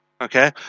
Okay